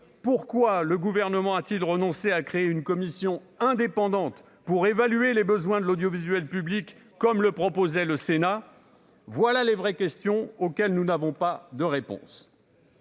pourquoi le gouvernement a-t-il renoncé à créer une commission indépendante pour évaluer les besoins de l'audiovisuel public, comme le proposait le Sénat, voilà les vraies questions auxquelles nous n'avons pas de réponse.